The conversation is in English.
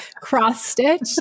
cross-stitch